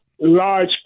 large